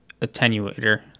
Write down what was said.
attenuator